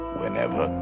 whenever